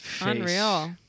Unreal